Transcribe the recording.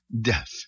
death